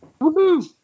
Woohoo